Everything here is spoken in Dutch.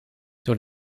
door